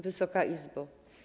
Wysoka Izbo!